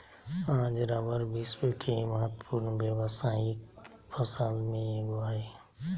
आज रबर विश्व के महत्वपूर्ण व्यावसायिक फसल में एगो हइ